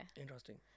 Interesting